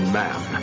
man